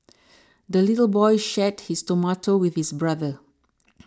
the little boy shared his tomato with his brother